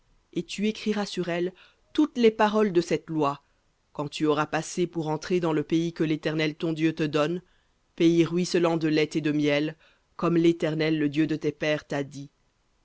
et tu écriras sur elles toutes les paroles de cette loi quand tu auras passé pour entrer dans le pays que l'éternel ton dieu te donne pays ruisselant de lait et de miel comme l'éternel le dieu de tes pères t'a dit